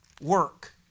work